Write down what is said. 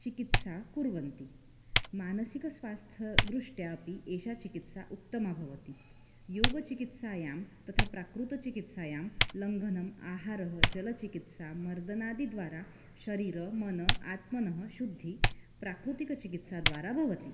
चिकित्सा कुर्वन्ति मानसिकस्वास्थ दृष्ट्या अपि एषा चिकित्सा उत्तमा भवति योगचिकित्सायां तथा प्राकृतचिकित्सायां लङ्घनम् आहारः जलचिकित्सा मर्दनादि द्वारा शरीरं मनः आत्मनः शुद्धि प्राकृतिकचिकित्सा द्वारा भवति